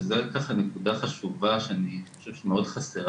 וזו נקודה חשובה שאני חושב שמאוד חסרה